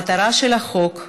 המטרה של החוק פשוטה,